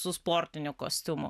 su sportiniu kostiumu